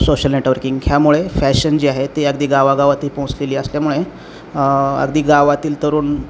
social networking ह्यामुळे fashion जे आहे ती अगदी गावागावात पोहोचलेली असल्यामुळे अगदी गावातील तरुण